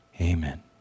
Amen